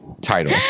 Title